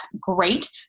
great